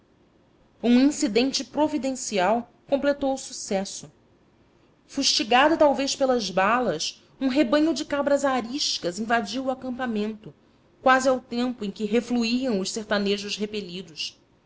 um incidente providencial completou o sucesso fustigado talvez pelas balas um rebanho de cabras ariscas invadiu o acampamento quase ao tempo em que refluíam os sertanejos repelidos